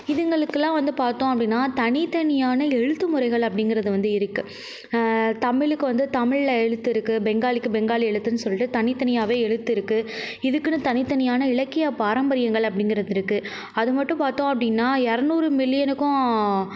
இதுங்களுக்கெல்லாம் வந்து பார்த்தோம் அப்படினா தனித்தனியான எழுத்துமுறைகள் அப்படிங்கிறது வந்து இருக்குது தமிழுக்கு வந்து தமிழில் எழுத்து இருக்குது பெங்காலிக்கு பெங்காலி எழுத்துனு சொல்லிட்டு தனித்தனியாகவே எழுத்து இருக்குது இதுக்கு தனித்தனியான இலக்கிய பாரம்பரியங்கள் அப்படிங்கிறது இருக்குது அதுமட்டும் பார்த்தோம் அப்படினா இருநூறு மில்லியனுக்கும்